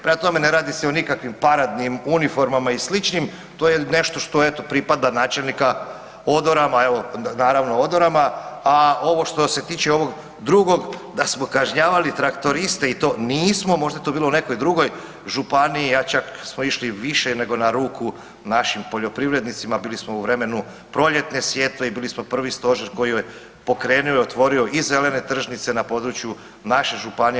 Prema tome ne radi se o nikakvim paradnim uniformama i sličnim to je nešto što eto pripada načelnika odorama, naravno odorama, a ovo što se tiče drugog da smo kažnjavali traktoriste i to, nismo možda je to bilo u nekoj drugoj županiji, ja čak smo išli više nego na ruku našim poljoprivrednicima, bili smo u vremenu proljetne sjetve i bili smo prvi stožer koji je pokrenuo i otvorio i zelene tržnice na području naše županije.